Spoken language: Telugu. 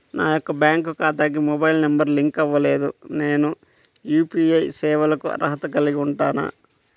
నా యొక్క బ్యాంక్ ఖాతాకి మొబైల్ నంబర్ లింక్ అవ్వలేదు నేను యూ.పీ.ఐ సేవలకు అర్హత కలిగి ఉంటానా?